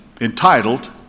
entitled